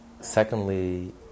Secondly